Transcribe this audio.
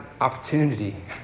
opportunity